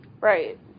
Right